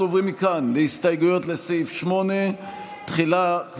אנחנו עוברים מכאן להסתייגויות לסעיף 8. תחילה,